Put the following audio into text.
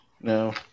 No